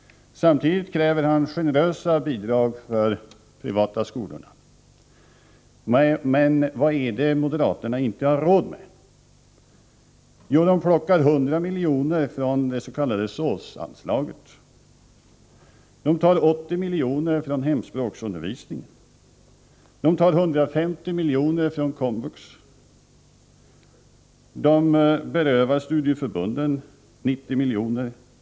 Samtidigt kräver han generösare bidrag till de privata skolorna. Men vad är det som moderaterna inte har råd med? Var vill de skära ner? Jo, de plocker 100 miljoner från det s.k. SÅS-anslaget. De tar 80 miljoner från hemspråksundervisningen. De tar 150 miljoner från komvux. De berövar studieförbunden 90 miljoner.